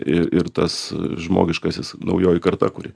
ir ir tas žmogiškasis naujoji karta kuri